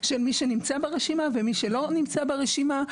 של מי שנמצא ברשימה ומי שלא נמצא ברשימה.